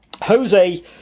Jose